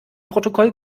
protokoll